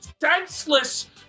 Senseless